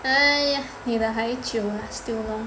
哎呀你的还久 still long